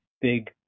big